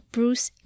Bruce